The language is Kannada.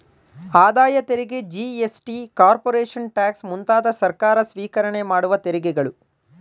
ಆದಾಯ ತೆರಿಗೆ ಜಿ.ಎಸ್.ಟಿ, ಕಾರ್ಪೊರೇಷನ್ ಟ್ಯಾಕ್ಸ್ ಮುಂತಾದವು ಸರ್ಕಾರ ಸ್ವಿಕರಣೆ ಮಾಡುವ ತೆರಿಗೆಗಳು